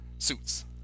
Suits